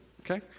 okay